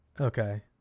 okay